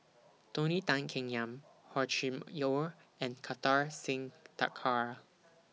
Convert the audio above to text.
Tony Tan Keng Yam Hor Chim Or and Kartar Singh Thakral